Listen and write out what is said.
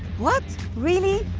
what? really?